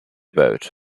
boat